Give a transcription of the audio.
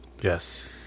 Yes